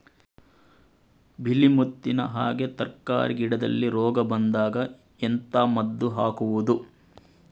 ಬಿಳಿ ಮುತ್ತಿನ ಹಾಗೆ ತರ್ಕಾರಿ ಗಿಡದಲ್ಲಿ ರೋಗ ಬಂದಾಗ ಎಂತ ಮದ್ದು ಹಾಕುವುದು?